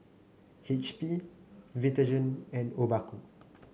H P Vitagen and Obaku